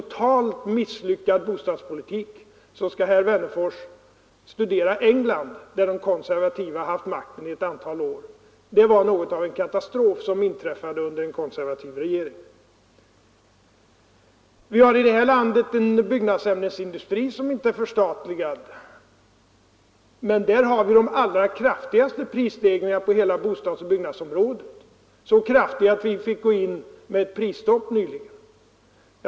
eftergift av totalt misslyckad bostadspolitik, skall herr Wennerfors studera England, lån för hyresdär de konservativa haft makten ett antal år. Det var något av en förluster katastrof som inträffade under en konservativ regering. Vi har i vårt land en byggnadsämnesindustri som inte är förstatligad, och där har de allra kraftigaste prisstegringarna på hela bostadsbyggnadsområdet inträffat — så kraftiga att vi fick sätta in ett prisstopp nyligen.